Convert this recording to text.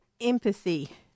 Empathy